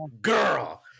girl